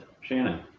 Shannon